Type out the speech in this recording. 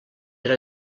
era